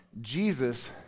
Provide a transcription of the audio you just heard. Jesus